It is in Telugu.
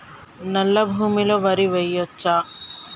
నల్లా భూమి లో వరి వేయచ్చా?